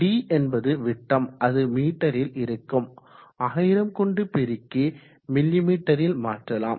d என்பது விட்டம் அது மீட்டரில் இருந்தால் 1000 கொண்டு பெருக்கி மிமீ ல் மாற்றலாம்